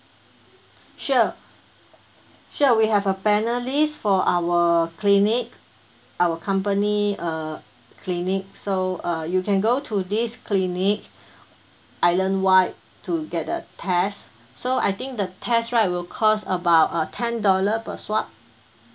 sure sure we have a panel list for our clinic our company uh clinic so uh you can go to this clinic island wide to get a test so I think the test right will cost about uh ten dollar per swab